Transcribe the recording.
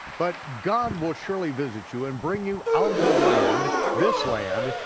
but god will surely visit you and bring you out of the land, this land,